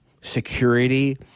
security